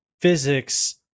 physics